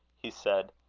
he said